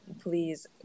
please